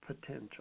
potential